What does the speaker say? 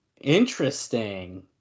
Interesting